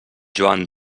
joan